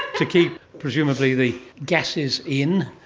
to keep presumably the gases in.